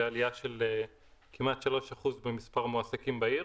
עליה של כמעט 3% במספר המועסקים בעיר,